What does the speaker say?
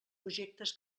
projectes